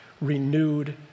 renewed